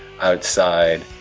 outside